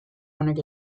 honek